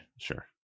sure